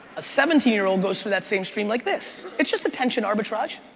a seventeen year old goes through that same stream like this. it's just attention arbitrage,